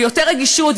ויותר רגישות,